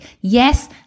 Yes